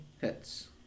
Hits